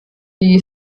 die